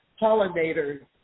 pollinators